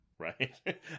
right